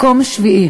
מקום שביעי.